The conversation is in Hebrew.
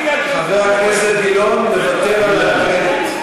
חבר הכנסת גילאון מוותר על הקרדיט.